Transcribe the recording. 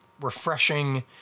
refreshing